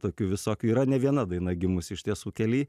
tokių visokių yra ne viena daina gimusi iš tiesų keli